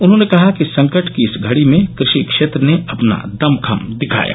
उन्होंने कहा कि संकट की इस घड़ी में कृषि क्षेत्र ने अपना दम खम दिखाया